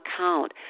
account